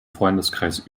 freundeskreis